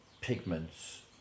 pigments